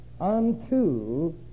unto